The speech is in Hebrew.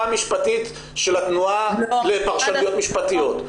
המשפטית של התנועה לפרשנויות משפטיות?